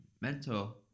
mentor